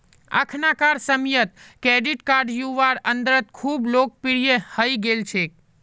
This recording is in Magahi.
अखनाकार समयेत क्रेडिट कार्ड युवार अंदरत खूब लोकप्रिये हई गेल छेक